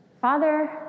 Father